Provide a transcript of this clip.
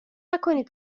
نکنید